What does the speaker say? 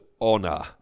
honor